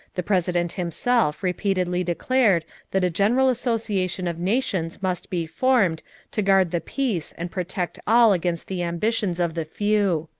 the president himself repeatedly declared that a general association of nations must be formed to guard the peace and protect all against the ambitions of the few.